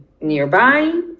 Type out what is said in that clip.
nearby